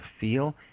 feel